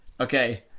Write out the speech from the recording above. Okay